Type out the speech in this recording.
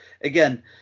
again